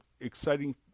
exciting